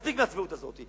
מספיק עם הצביעות הזאת.